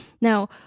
Now